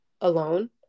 alone